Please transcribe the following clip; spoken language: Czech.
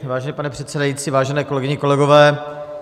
Vážený pane předsedající, vážené kolegyně, kolegové.